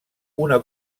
una